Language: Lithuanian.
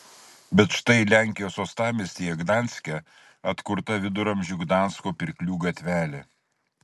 bet štai lenkijos uostamiestyje gdanske atkurta viduramžių gdansko pirklių gatvelė